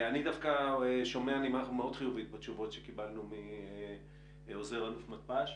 אני דווקא שומע נימה מאוד חיובית מהתשובות שקיבלנו מעוזר אלוף מתפ"ש.